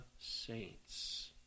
Saints